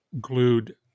glued